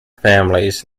families